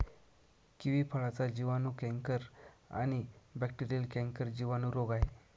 kiwi फळाचा जिवाणू canker आणि बॅक्टेरीयल कैंकर जिवाणू रोग आहे